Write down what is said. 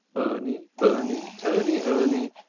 urny, burny, turny, urny,